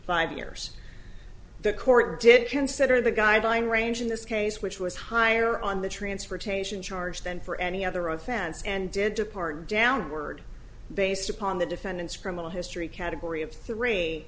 five years the court did consider the guideline range in this case which was higher on the transportation charge than for any other offense and did depart downward based upon the defendant's criminal history category of three